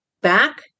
back